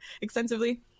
extensively